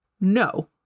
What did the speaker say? no